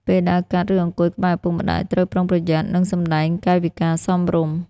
ពេលដើរកាត់ ឬអង្គុយក្បែរឪពុកម្តាយ ត្រូវប្រុងប្រយ័ត្ន និងសម្ដែងកាយវិការសមរម្យ។